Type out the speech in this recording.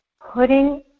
putting